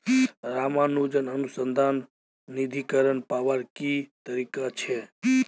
रामानुजन अनुसंधान निधीकरण पावार की तरीका छे